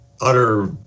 utter